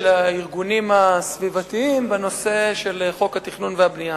הארגונים הסביבתיים בנושא חוק התכנון והבנייה.